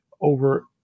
over